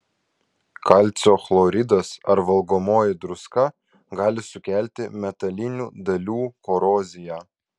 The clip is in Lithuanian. kalcio chloridas ar valgomoji druska gali sukelti metalinių dalių koroziją